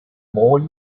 more